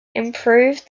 improve